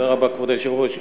כבוד היושב-ראש,